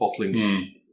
bottlings